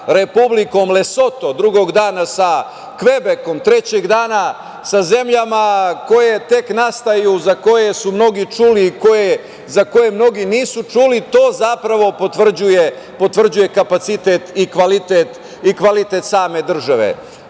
Republikom Lesoto, drugog dana sa Kvebekom, trećeg dana sa zemljama koje tek nastaju, za koje su mnogi čuli, za koje mnogi nisu čuli, to zapravo potvrđuje kapacitet i kvalitet same države.